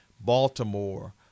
Baltimore